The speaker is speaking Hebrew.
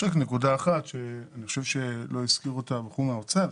יש רק נקודה אחת שאני חושב שלא הזכיר אותה הבחור מהאוצר.